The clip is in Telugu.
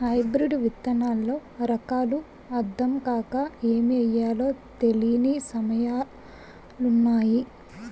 హైబ్రిడు విత్తనాల్లో రకాలు అద్దం కాక ఏమి ఎయ్యాలో తెలీని సమయాలున్నాయి